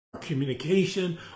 communication